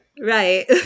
Right